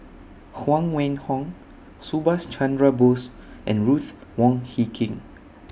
Huang Wenhong Subhas Chandra Bose and Ruth Wong Hie King